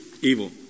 evil